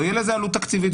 לא יהיה לזה עלות תקציבית,